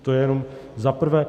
To jenom zaprvé.